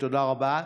תודה רבה.